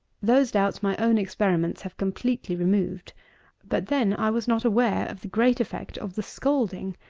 those doubts my own experiments have completely removed but then i was not aware of the great effect of the scalding,